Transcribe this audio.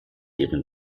ihren